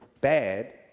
bad